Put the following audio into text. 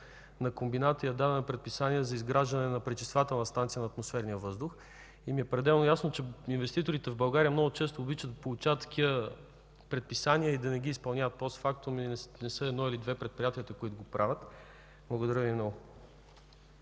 на комбината и е дадено предписание за изграждане на пречиствателна станция на атмосферния въздух, ми е пределно ясно, че инвеститорите в България много често обичат да получават такива предписания и да не ги изпълняват постфактум. Не са едно или две предприятията, които го правят. Благодаря Ви много.